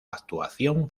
actuación